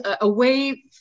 away